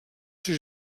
seu